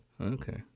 Okay